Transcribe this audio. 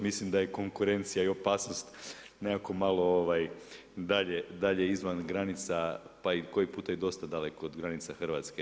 Mislim da je konkurencija i opasnost nekako malo dalje izvan granica pa koji puta i dosta daleko od granica Hrvatske.